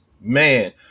man